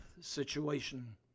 situation